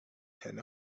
ten